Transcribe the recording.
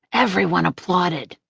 everyone applauded.